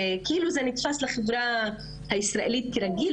כאילו זה נתפס לחברה הישראלית כרגיל,